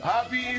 Happy